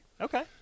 Okay